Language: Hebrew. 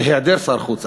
בהיעדר שר חוץ,